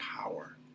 power